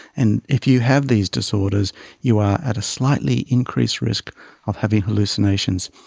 and if you have these disorders you are at a slightly increased risk of having hallucinations.